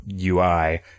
UI